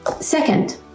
Second